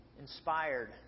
inspired